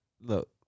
Look